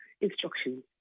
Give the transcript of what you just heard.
instructions